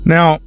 Now